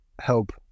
help